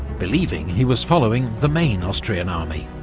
believing he was following the main austrian army,